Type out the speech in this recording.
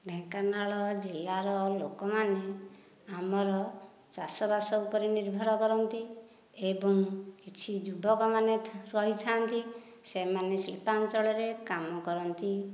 ଢେଙ୍କାନାଳ ଜିଲ୍ଲାର ଲୋକମାନେ ଆମର ଚାଷବାସ ଉପରେ ନିର୍ଭର କରନ୍ତି ଏବଂ କିଛି ଯୁବକମାନେ ରହିଥାନ୍ତି ସେମାନେ ଶିଳ୍ପାଞ୍ଚଳରେ କାମ କରନ୍ତି